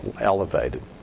elevated